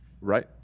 Right